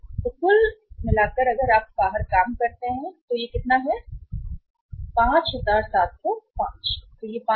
तो कुल अगर आप बाहर काम करते हैं तो कुल कितना काम करता है यह 5705 है